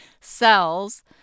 cells